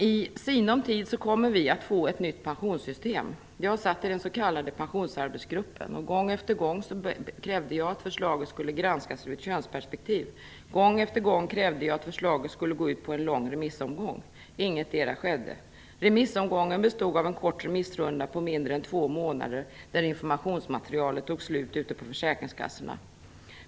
I sinom tid kommer vi att få ett nytt pensionssystem. Jag satte i den s.k. pensionsarbetsgruppen. Gång efter annan krävde jag att förslaget skulle granskas ur ett könsperspektiv. Gång efter annan krävde jag att förslaget skull skickas gå på en lång remissomgång. Ingetdera skedde. Remissomgången bestod av en kort remissrunda på mindre än två månader där informationsmaterialet tog slut ute på försäkringskassorna.